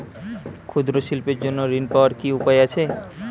ক্ষুদ্র শিল্পের জন্য ঋণ পাওয়ার কি উপায় আছে?